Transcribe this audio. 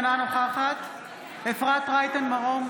אינה נוכחת אפרת רייטן מרום,